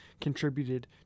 contributed